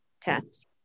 test